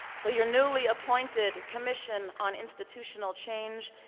so your newly appointed commission on institutional change.